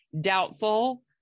doubtful